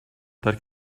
that